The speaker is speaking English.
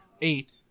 eight